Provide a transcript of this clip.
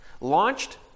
launched